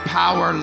power